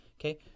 Okay